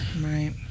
right